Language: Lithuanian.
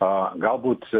a galbūt